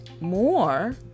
more